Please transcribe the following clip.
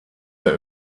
der